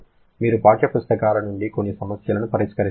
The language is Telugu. మీరు పాఠ్యపుస్తకాల నుండి కొన్ని సమస్యలను పరిష్కరించవచ్చు